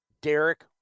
Derek